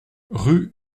rue